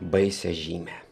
baisią žymę